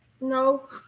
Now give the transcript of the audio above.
No